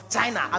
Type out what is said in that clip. China